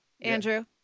Andrew